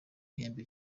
ihembe